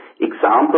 example